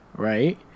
Right